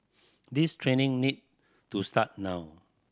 this training need to start now